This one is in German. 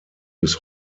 bis